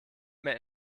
mehr